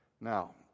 Now